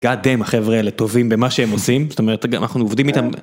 god damn, החבר'ה האלה טובים במה שהם עושים. זאת אומרת, אנחנו עובדים איתם...